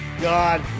God